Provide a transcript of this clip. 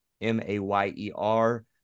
M-A-Y-E-R